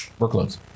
workloads